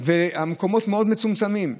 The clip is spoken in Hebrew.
והמקומות מאוד מצומצמים.